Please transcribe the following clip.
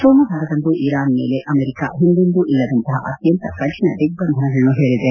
ಸೋಮವಾರದಂದು ಇರಾನ್ ಮೇಲೆ ಅಮೆರಿಕ ಹಿಂದೆಂದೂ ಇಲ್ಲದಂತಹ ಅತ್ಯಂತ ಕಠಿಣ ದಿಗ್ವಂಧನಗಳನ್ನು ಹೇರಿದೆ